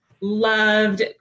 loved